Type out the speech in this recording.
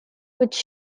which